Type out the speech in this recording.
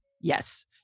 yes